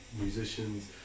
musicians